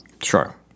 sure